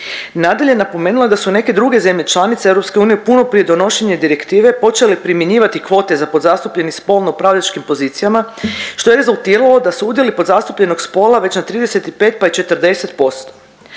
Nadalje je napomenula da su neke druge zemlje članice EU puno prije donošenja direktive počele primjenjivati kvote za podzastupljeni spolno upravljačkim pozicijama što je rezultiralo da su udjeli podzastupljenog spola već na 35 pa i 40%.